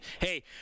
Hey